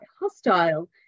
hostile